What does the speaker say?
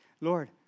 Lord